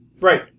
Right